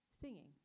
singing